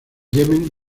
yemen